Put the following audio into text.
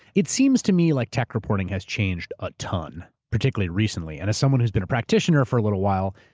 it seems to me that like tech reporting has changed a ton, particularly recently and as someone who's been a practitioner for a little while,